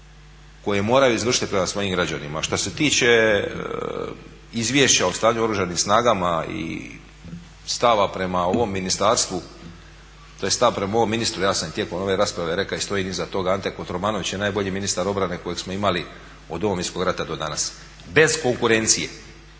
koje moraju izvršiti prema svojim građanima. Što se tiče Izvješća o stanju u Oružanim snagama i stava prema ovom ministarstvu, tj. stav prema ovom ministru, ja sam tijekom ove rasprave rekao i stojim iza toga, Ante Kotromanović je najbolji ministar obrane kojeg smo imali od Domovinskog rata do danas, bez konkurencije.